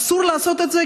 אסור לעשות את זה,